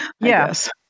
Yes